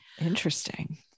Interesting